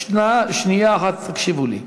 שנייה אחת, תקשיבו לי.